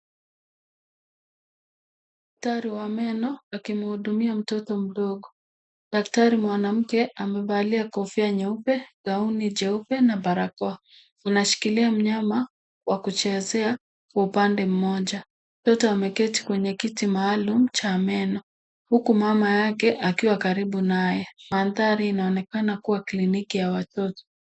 Daktari wa meno, akimhudumia mtoto mdogo. Daktari mwanaume amevalia kofia nyeupe gauni jeupe na barakoa, ameshikilia mnyama wa kuchezea upande mmoja. Wote wameketi kwenye kiti maalum cha meno huku mama yake akiwa karibu naye. Mandhari inaonekana kuwa kliniki ya watoto.